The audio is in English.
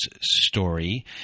story